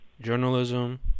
journalism